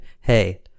hey